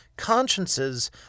Consciences